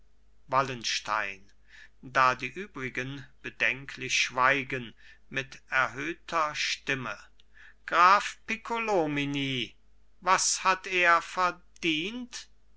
wallenstein da die übrigen bedenklich schweigen mit erhöhter stimme graf piccolomini was hat er verdient